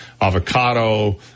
avocado